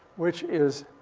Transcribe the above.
which is